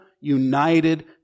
united